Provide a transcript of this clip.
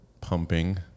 pumping